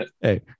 Hey